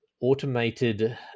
automated